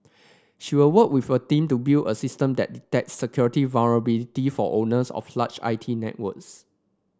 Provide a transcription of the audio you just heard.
she will work with a team to build a system that detects security vulnerability for owners of large I T networks